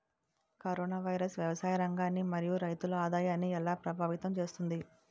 Corona virus వ్యవసాయ రంగాన్ని మరియు రైతుల ఆదాయాన్ని ఎలా ప్రభావితం చేస్తుంది?